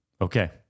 Okay